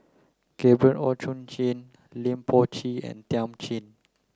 Gabriel Oon Chong Jin Lim Chor Pee and Thiam Chin